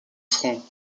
front